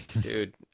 dude